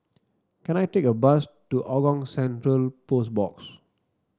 can I take a bus to Hougang Central Post Box